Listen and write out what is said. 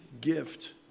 gift